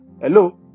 Hello